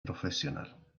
profesional